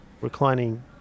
reclining